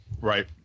right